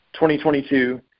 2022